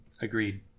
Agreed